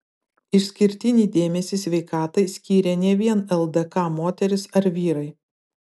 išskirtinį dėmesį sveikatai skyrė ne vien ldk moterys ar vyrai